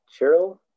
Cheryl